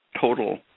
total